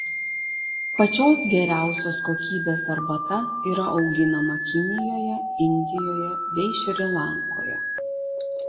pačios geriausios kokybės arbata yra auginama kinijoje indijoje bei šri lankoje